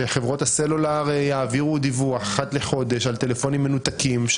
שחברות הסלולר יעבירו דיווח אחת לחודש על טלפונים מנותקים,